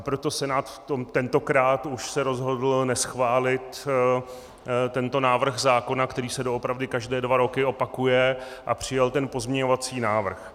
Proto Senát tentokrát už se rozhodl neschválit tento návrh zákona, který se doopravdy každé dva roky opakuje, a přijal ten pozměňovací návrh.